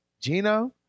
Gino